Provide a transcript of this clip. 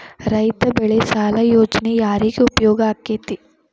ರೈತ ಬೆಳೆ ಸಾಲ ಯೋಜನೆ ಯಾರಿಗೆ ಉಪಯೋಗ ಆಕ್ಕೆತಿ?